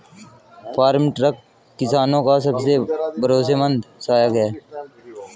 farm truck किसानो का सबसे भरोसेमंद सहायक है